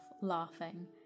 laughing